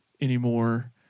anymore